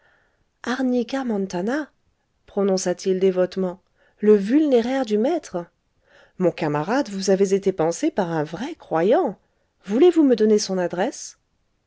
arnica montana prononça-t-il dévotement le vulnéraire du maître mon camarade vous avez été pansé par un vrai croyant voulez-vous me donner son adresse